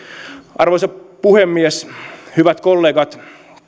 arvoisa puhemies hyvät kollegat